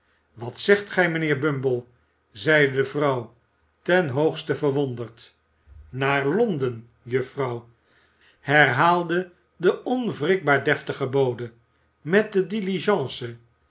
wat zegt gij mijnheer bumble zeide de vrouw ten hoogste verwonderd naar londen juffrouw herhaalde de onwrikbaar deftige bode met de